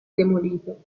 demolito